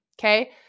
okay